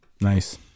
Nice